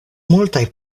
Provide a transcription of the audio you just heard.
multaj